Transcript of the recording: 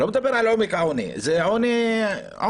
אני לא מדבר על עומק העוני, זה עוני עוני.